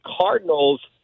Cardinals